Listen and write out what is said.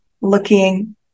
looking